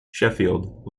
sheffield